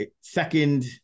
second